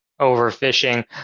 overfishing